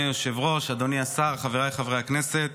להלן רשימת חברי הכנסת